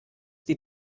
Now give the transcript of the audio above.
die